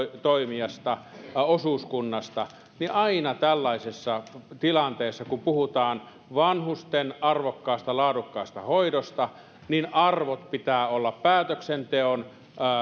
toimijasta osuuskunnasta niin aina tällaisessa tilanteessa kun puhutaan vanhusten arvokkaasta laadukkaasta hoidosta arvojen pitää olla päätöksenteon